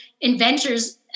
inventors